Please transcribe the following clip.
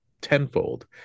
tenfold